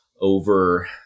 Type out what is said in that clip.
over